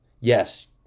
Yes